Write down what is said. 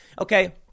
Okay